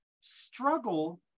struggle